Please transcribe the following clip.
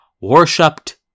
worshipped